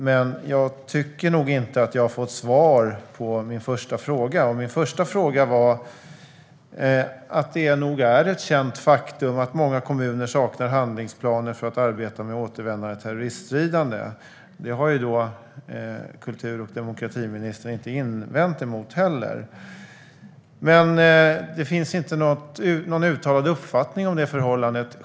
Men jag tycker nog inte att jag har fått svar på min första fråga. Min första fråga gällde att det nog är ett känt faktum att många kommuner saknar handlingsplaner för att arbeta med återvändande terroriststridande. Det har kultur och demokratiministern inte heller invänt mot. Men det finns inte någon uttalad uppfattning om det förhållandet.